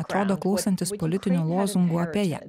atrado klausantis politinių lozungų apie ją